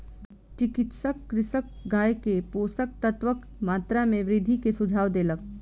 चिकित्सक कृषकक गाय के पोषक तत्वक मात्रा में वृद्धि के सुझाव देलक